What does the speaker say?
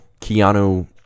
Keanu